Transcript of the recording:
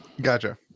Gotcha